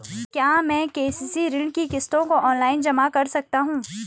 क्या मैं के.सी.सी ऋण की किश्तों को ऑनलाइन जमा कर सकता हूँ?